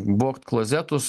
vogt klozetus